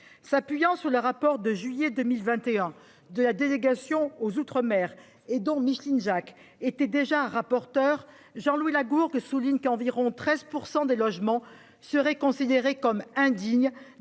S'appuyant sur le rapport d'information de juillet 2021 de notre délégation aux outre-mer, dont Micheline Jacques était déjà l'un des auteurs, Jean-Louis Lagourgue souligne qu'environ 13 % des logements seraient considérés comme indignes